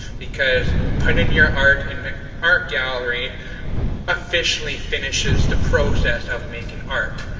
because putting your art in the art gallery officially finishes the process of making art.